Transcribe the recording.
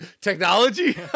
technology